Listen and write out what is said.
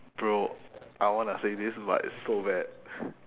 bro I wanna say this but it's so bad